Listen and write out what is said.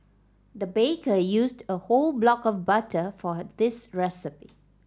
the baker used a whole block of butter for this recipe